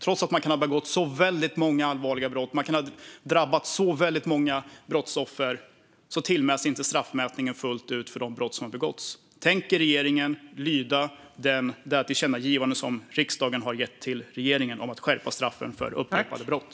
Trots att man kan ha begått så väldigt många allvarliga brott som kan ha drabbat så väldigt många brottsoffer utmäts inte straff fullt ut för de brott som begåtts. Tänker regeringen lyda det tillkännagivande som riksdagen har riktat till den om att skärpa straffen för upprepade brott?